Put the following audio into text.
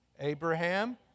Abraham